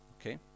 Okay